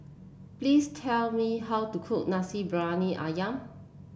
please tell me how to cook Nasi Briyani ayam